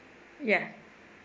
ya